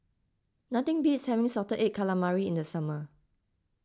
nothing beats having Salted Egg Calamari in the summer